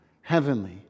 heavenly